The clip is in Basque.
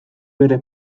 bere